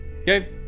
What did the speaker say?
Okay